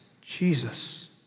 Jesus